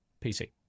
PC